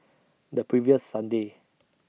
The previous Sunday